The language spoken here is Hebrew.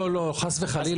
לא, חס וחלילה.